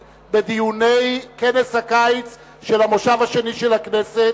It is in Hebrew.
בדיוני כנס החורף של המושב השני של הכנסת,